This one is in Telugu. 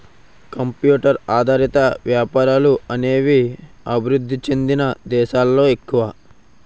కంప్యూటర్ ఆధారిత వ్యాపారాలు అనేవి అభివృద్ధి చెందిన దేశాలలో ఎక్కువ